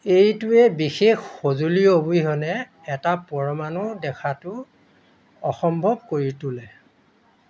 এইটোৱে বিশেষ সঁজুলি অবিহনে এটা পৰমাণু দেখাটো অসম্ভৱ কৰি তোলে